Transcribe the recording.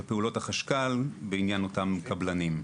ופעולות החשב הכללי בעניין אותם קבלנים.